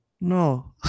No